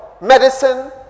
medicine